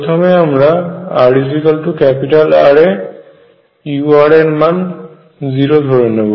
প্রথমে আমরা rR এ u এর মান 0 ধরে নেব